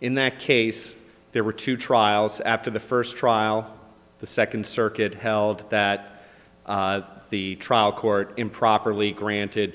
in that case there were two trials after the first trial the second circuit held that the trial court improperly granted